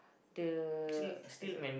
the as a